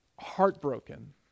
heartbroken